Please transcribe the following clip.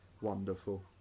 Wonderful